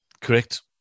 Correct